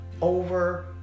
over